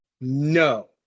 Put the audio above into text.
no